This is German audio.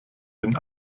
den